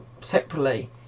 separately